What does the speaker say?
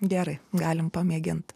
gerai galim pamėgint